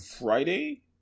friday